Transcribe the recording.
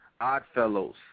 Oddfellows